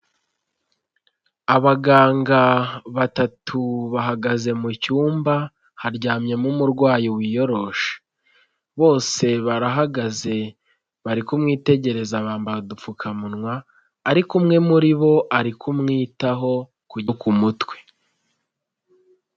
Abaganga batatu bahagaze mu cyumba, haryamyemo umurwayi wiyoroshe, bose barahagaze bari kumwitegereza bambara udupfukamunwa ariko umwe muri bo ari kumwitaho ku mutwe.